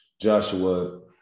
Joshua